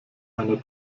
einer